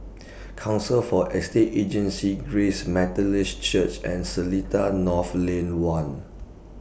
Council For Estate Agencies Grace Methodist Church and Seletar North Lane one